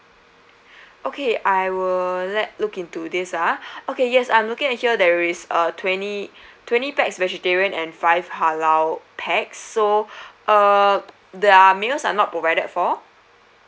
okay I will let look into this ah okay yes I'm looking at here there is a twenty twenty pax vegetarian and five halal pax uh their meals are not provided for